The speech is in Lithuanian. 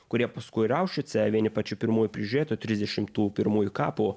kurie paskui ir aušvice vieni pačių pirmųjų prižiūrėtojų trisdešimtų pirmųjų kapų